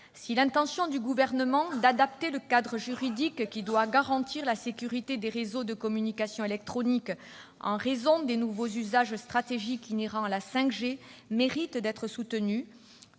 Si l'intention du Gouvernement d'adapter le cadre juridique qui doit garantir la sécurité des réseaux de communications électroniques, en raison des nouveaux usages stratégiques inhérents à la 5G, mérite d'être soutenue,